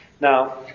now